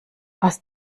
aus